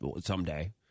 someday